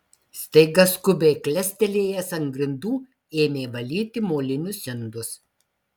staiga skubiai klestelėjęs ant grindų ėmė valyti molinius indus